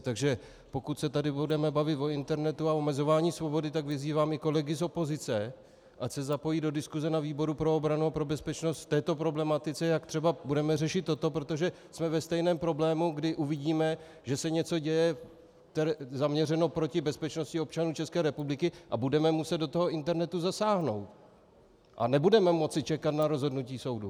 Takže pokud se tady budeme bavit o internetu a omezování svobody, tak vyzývám i kolegy z opozice, ať se zapojí do diskuse na výboru pro obranu a pro bezpečnost v této problematice, jak třeba budeme řešit toto, protože jsme ve stejném problému, kdy uvidíme, že se něco děje zaměřeno proti bezpečnosti občanů České republiky, a budeme muset do toho internetu zasáhnout a nebudeme moci čekat na rozhodnutí soudu.